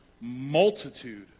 multitude